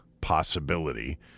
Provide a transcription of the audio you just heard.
possibility